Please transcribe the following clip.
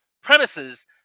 premises